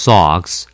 Socks